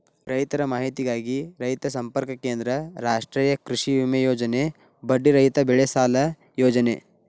ರೈತರ ಮಾಹಿತಿಗಾಗಿ ರೈತ ಸಂಪರ್ಕ ಕೇಂದ್ರ, ರಾಷ್ಟ್ರೇಯ ಕೃಷಿವಿಮೆ ಯೋಜನೆ, ಬಡ್ಡಿ ರಹಿತ ಬೆಳೆಸಾಲ ಯೋಜನೆ